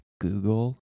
Google